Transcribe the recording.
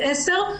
בת 10,